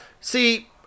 See